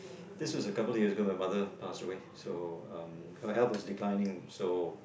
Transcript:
this was a couple years ago my mother pass away so um her health was declining so